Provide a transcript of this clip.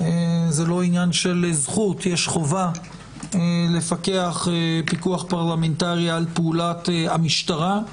זה לא עניין של זכות יש חובה לפקח פיקוח פרלמנטרי על פעולת המשטרה,